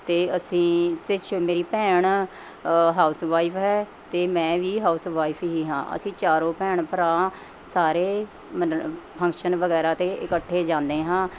ਅਤੇ ਅਸੀਂ ਅਤੇ ਮੇਰੀ ਭੈਣ ਹਾਊਸ ਵਾਈਫ਼ ਹੈ ਅਤੇ ਮੈਂ ਵੀ ਹਾਊਸ ਵਾਈਫ਼ ਹੀ ਹਾਂ ਅਸੀਂ ਚਾਰੋਂ ਭੈਣ ਭਰਾ ਸਾਰੇ ਫੰਕਸ਼ਨ ਵਗੈਰਾ 'ਤੇ ਇਕੱਠੇ ਜਾਂਦੇ ਹਾਂ